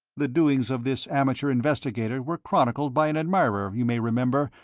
the doings of this amateur investigator were chronicled by an admirer, you may remember,